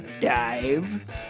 Dive